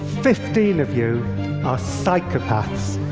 fifteen of you are psychopaths.